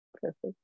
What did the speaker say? perfect